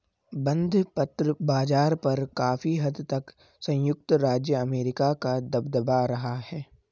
बंधपत्र बाज़ार पर काफी हद तक संयुक्त राज्य अमेरिका का दबदबा रहा है